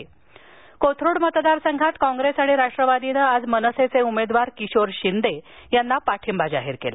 प्ण्यातील कोथरुड मतदारसंघात काँग्रेस आणि राष्ट्रवादीनं आज मनसेचे उमेदवार किशोर शिंदे यांना पार्ठिंबा जाहीर केला